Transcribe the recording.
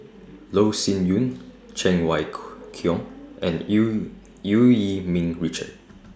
Loh Sin Yun Cheng Wai Keung and EU EU Yee Ming Richard